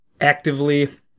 actively